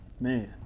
Man